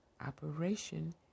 operation